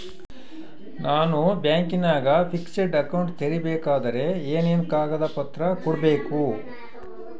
ನಾನು ಬ್ಯಾಂಕಿನಾಗ fixed account ತೆರಿಬೇಕಾದರೆ ಏನೇನು ಕಾಗದ ಪತ್ರ ಕೊಡ್ಬೇಕು?